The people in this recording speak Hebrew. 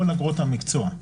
כל אגרות המקצוע.